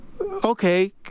Okay